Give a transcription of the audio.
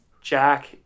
Jack